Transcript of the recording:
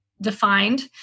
defined